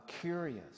curious